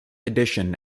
edition